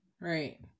Right